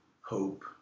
hope